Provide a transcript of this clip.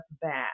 back